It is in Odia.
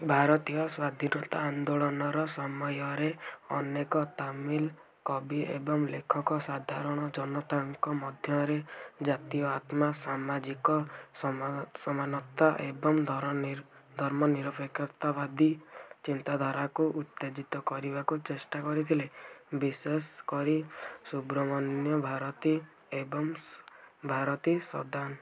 ଭାରତୀୟ ସ୍ୱାଧୀନତା ଆନ୍ଦୋଳନର ସମୟରେ ଅନେକ ତାମିଲ କବି ଏବଂ ଲେଖକ ସାଧାରଣ ଜନତାଙ୍କ ମଧ୍ୟରେ ଜାତୀୟ ଆତ୍ମା ସାମାଜିକ ସମାନତା ଏବଂ ଧର୍ମନିରପେକ୍ଷତାବାଦୀ ଚିନ୍ତାଧାରାକୁ ଉତ୍ତେଜିତ କରିବାକୁ ଚେଷ୍ଟା କରିଥିଲେ ବିଶେଷ କରି ସୁବ୍ରମଣ୍ୟ ଭାରତୀ ଏବଂ ଭାରତୀ ସଦନ